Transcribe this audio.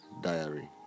Diary